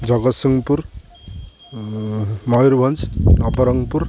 Jagatsinghpur Mayurbhanj Nabarangpur